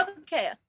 okay